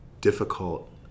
difficult